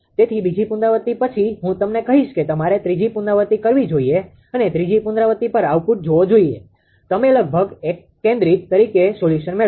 તેથી બીજી પુનરાવૃત્તિ પછી હું તમને કહીશ કે તમારે ત્રીજી પુનરાવૃતિ કરવી જોઈએ અને ત્રીજી પુનરાવૃત્તિ પર આઉટપુટ જોવો જોઈએ તમે લગભગ એકકેન્દ્રિત તરીકે સોલ્યુશન મેળવશો